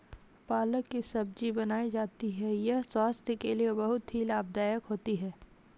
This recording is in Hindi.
पालक की सब्जी बनाई जाती है यह स्वास्थ्य के लिए बहुत ही लाभदायक होती है